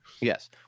Yes